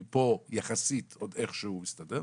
כי פה יחסית עוד איכשהו זה מסתדר,